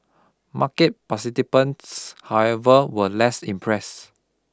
market participants however were less impressed